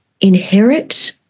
inherit